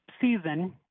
season